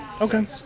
Okay